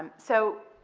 so,